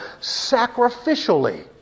sacrificially